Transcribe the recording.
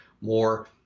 more